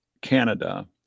Canada